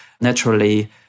naturally